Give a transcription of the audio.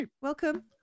welcome